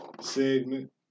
segment